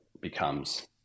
becomes